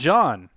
John